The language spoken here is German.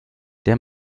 der